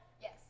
Yes